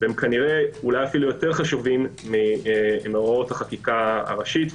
וכנראה אולי אפילו יותר חשובים מהוראות החקיקה הראשית,